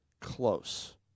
close